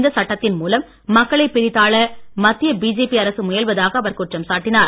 இந்த சட்டத்தின் மூலம் மக்களை பிரித்தாள மத்திய பிஜேபி அரசு முயல்வதாக அவர் குற்றம்சாட்டினார்